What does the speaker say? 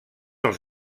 els